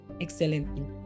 excellently